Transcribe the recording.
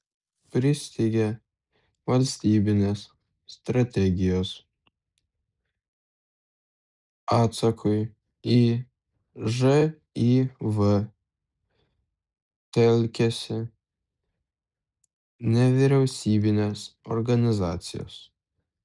pristigę valstybinės strategijos atsakui į živ telkiasi nevyriausybinės organizacijos